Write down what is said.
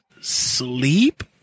sleep